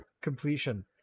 completion